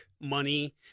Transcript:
money